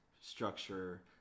structure